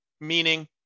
Meaning